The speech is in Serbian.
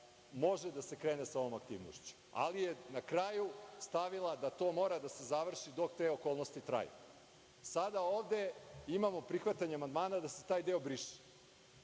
može da se krene sa ovom aktivnošću, ali je na kraju stavila da to mora da se završi dok te okolnosti traju. Sada ovde imamo prihvatanje amandmana da se taj deo briše,